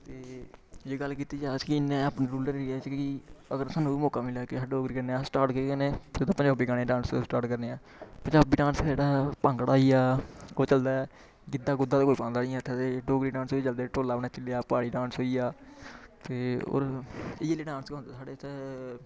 ते जे गल्ल कीती जाऽअज्ज कि इन्नै अपने रूरल एरिया च कि अगर सानूं बी मौका मिलै कि अहें डोगरी कन्नै अस स्टार्ट केह् करने सिद्धा पंजाबी गाने पर डांस स्टार्ट करने आं पंजाबी डांस ऐ जेह्ड़ा भांगड़ा होई गेआ कोई चलदा गिद्दा गुद्दा ते कोई पांदा निं इत्थै ते डोगरी डांस केह् चलदे ढोला पर नच्ची लेआ प्हाड़ी डांस होई गेआ ते होर इ'यै ले डांस के होंदे साढ़े इत्थै